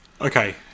Okay